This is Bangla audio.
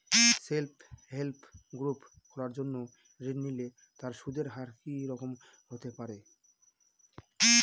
সেল্ফ হেল্প গ্রুপ খোলার জন্য ঋণ নিলে তার সুদের হার কি রকম হতে পারে?